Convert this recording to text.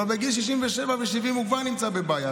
אבל בגיל 67 ו-70 הוא כבר נמצא בבעיה,